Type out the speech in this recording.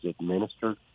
administered